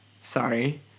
Sorry